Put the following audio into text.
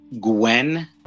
Gwen